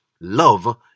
Love